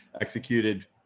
executed